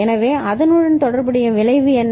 எனவே அதனுடன் தொடர்புடைய விளைவு என்ன